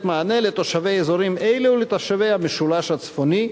מענה לתושבי אזורים אלו ולתושבי המשולש הצפוני,